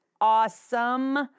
awesome